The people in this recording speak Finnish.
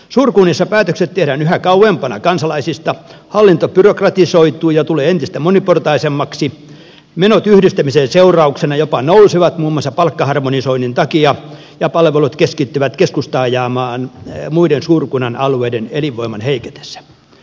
suurkunnissa päätökset tehdään yhä kauempana kansalaisista hallinto byrokratisoituu ja tulee entistä moniportaisemmaksi menot yhdistämisen seurauksena jopa nousevat muun muassa palkkaharmonisoinnin takia ja palvelut keskittyvät keskustaajamaan muiden suurkunnan alueiden elinvoiman heiketessä